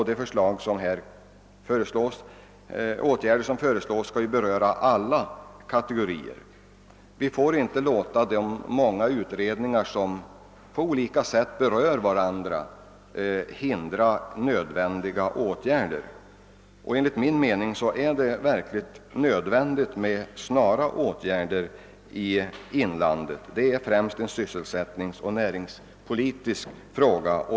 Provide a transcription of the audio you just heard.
De åtgärder som föreslås skulle beröra alla kategorier. Vi får inte låta de många utredningar som på olika sätt berör varandra hindra nödvändiga åtgärder. Enligt min mening är det verkligen nödvändigt att vidta snara åtgärder i inlandet. Det föreslagna skogsproduktionsprogrammet är främst en sysselsättningsoch näringspolitisk fråga.